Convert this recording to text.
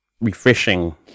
refreshing